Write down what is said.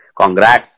congrats